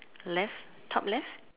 left top left